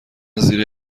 زیر